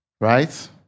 right